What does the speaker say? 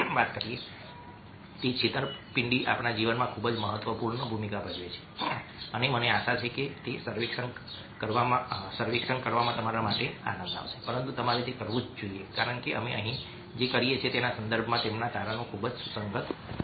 વાત કરો તે છેતરપિંડી આપણા જીવનમાં ખૂબ જ મહત્વપૂર્ણ ભૂમિકા ભજવે છે અને મને આશા છે કે તે સર્વેક્ષણ કરવામાં તમારા માટે આનંદ આવશે પરંતુ તમારે તે કરવું જ જોઈએ કારણ કે અમે અહીં જે કરીએ છીએ તેના સંદર્ભમાં તેમના તારણો ખૂબ જ સુસંગત હશે